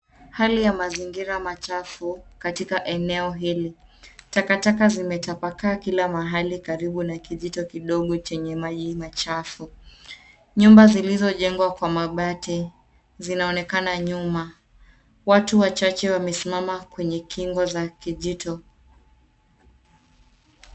Hali ya mazingira machafu katika eneo hili, takataka zime tapakaa kila mahali karibu na kijito kidogo kwenye maji machafu. Nyumba zilizo jengwa kwa mabati zinaonekana nyuma. Watu wachache wamesimama kwenye kingo za kijito.